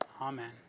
Amen